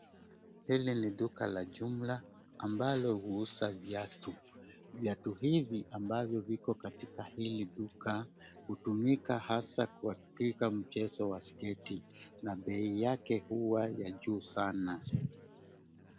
Hili ni duka la jumla ambalo huuza viatu. Viatu hivi ambavyo viko katika hili duka hutumika hasa kwa kupiga mchezo wa skating na bei huwa ya juu sana.